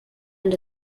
and